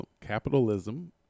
capitalism